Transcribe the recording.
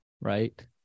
right